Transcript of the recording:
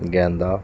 ਗੈਂਦਾ